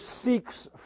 seeks